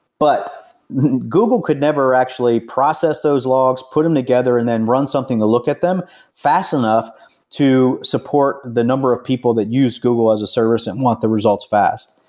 but google could never actually process those logs, put them together and then run something to look at them fast enough to support the number of people that use google as a service and want the results fast.